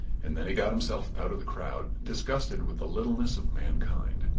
and then he got himself out of the crowd, disgusted with the littleness of mankind.